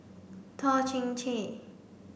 Toh Chin Chye